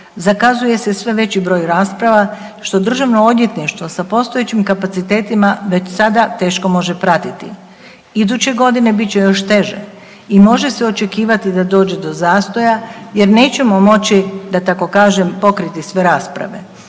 zakazuje se sve veći broj rasprava što državno odvjetništvo sa postojećim kapacitetima već sada teško može pratiti. Iduće godine bit će još teže i može se očekivati da dođe do zastoja jer nećemo moći, da tako kažem, pokriti sve rasprave.